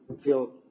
feel